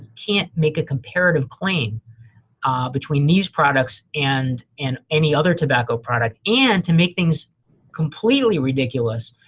can't make a comparative claim between these products and and any other tobacco product. and to make things completely ridiculous,